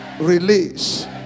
Release